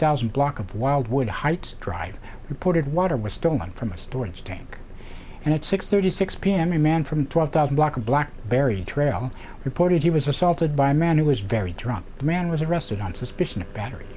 thousand block of wildwood heights drive reported water was stolen from a storage tank and at six thirty six p m a man from twelve thousand block a black berry trail reported he was assaulted by a man who was very drunk a man was arrested on suspicion of battery